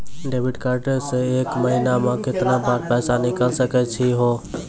Debit card से एक महीना मा केतना बार पैसा निकल सकै छि हो?